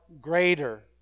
greater